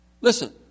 Listen